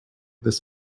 this